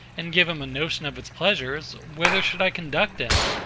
and give him a notion of its pleasures whither should i conduct him?